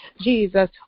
Jesus